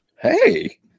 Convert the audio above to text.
Hey